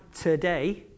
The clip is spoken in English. today